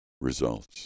results